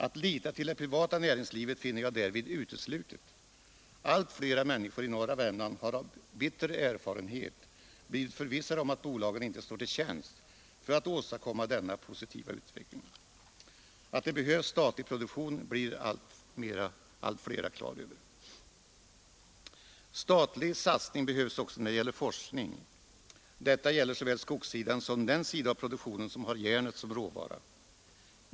Att lita till det privata näringslivet finner jag därvid uteslutet — allt fler människor i norra Värmland har av bitter erfarenhet blivit förvissade om att bolagen inte står till tjänst för att åstadkomma en sådan positiv utveckling. Man blir alltmer klar över att det behövs statlig produktion. Statlig satsning behövs också när det gäller forskning. Detta gäller såväl skogssidan som den sida av produktionen som har järnet som råvara.